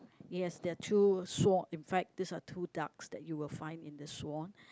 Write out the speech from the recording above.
yes there are two swan in fact these are two darks that you will find in the swan